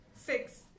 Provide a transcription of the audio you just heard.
six